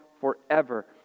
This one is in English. forever